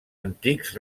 antics